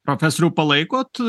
profesoriau palaikot